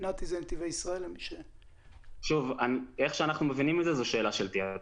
לפי איך שאנחנו מבינים את זה זאת שאלה של תעדוף.